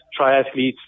triathletes